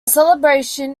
celebration